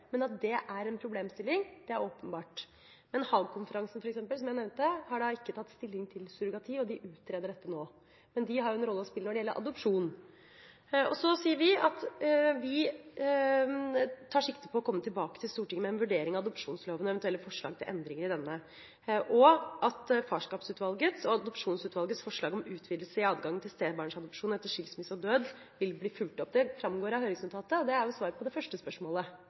men at det er en problemstilling, er åpenbart. Haag-konferansen, som jeg nevnte, har f.eks. ikke tatt stilling til surrogati – de utreder dette nå – men de har en rolle å spille når det gjelder adopsjon. Vi tar sikte på å komme tilbake til Stortinget med en vurdering av adopsjonsloven og eventuelle forslag til endringer i denne, og at Farskapsutvalgets og Adopsjonsutvalgets forslag om utvidelse i adgang til stebarnsadopsjon etter skilsmisse og død vil bli fulgt opp. Det fremgår av høringsnotatet, og det er svar på det første spørsmålet